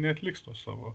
neatliks tos savo